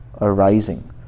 arising